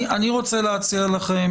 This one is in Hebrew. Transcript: אני רוצה להציע לכם